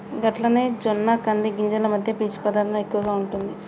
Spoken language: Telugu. గట్లనే జొన్న కంది గింజలు మధ్య పీచు పదార్థం ఎక్కువగా ఉంటుంది